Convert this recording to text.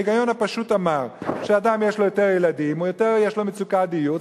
ההיגיון הפשוט אמר שאדם שיש לו יותר ילדים או שיש לו יותר מצוקת דיור,